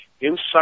inside